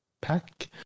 pack